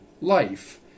life